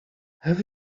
have